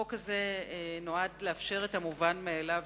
החוק הזה נועד לאפשר את המובן מאליו,